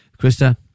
Krista